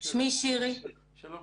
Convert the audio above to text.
לצורך